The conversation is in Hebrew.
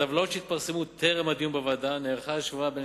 בטבלאות שהתפרסמו טרם הדיון בוועדה נערכה השוואה בין